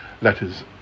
letters